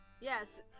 Yes